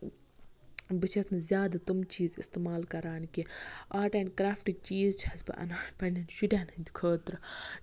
بہٕ چھَس نہٕ زیادٕ تٔمۍ چیٖز اِستعمال کران کیٚنہہ آرٹ اینڈ کرفٹٕکۍ چیٖز چھَس بہٕ اَنان پَنٕنین شُرین ہِندۍ خٲطرٕ